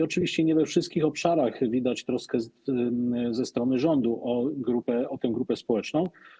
Oczywiście nie we wszystkich obszarach widać troskę ze strony rządu o tę grupę społeczną.